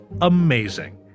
amazing